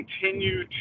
continue